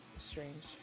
strange